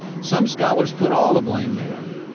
some scholars put all the blame there.